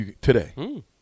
Today